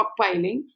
stockpiling